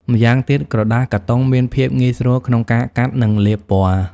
ម៉្យាងទៀតក្រដាសកាតុងមានភាពងាយស្រួលក្នុងការកាត់ និងលាបពណ៌។